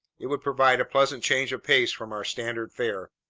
it would provide a pleasant change of pace from our standard fare.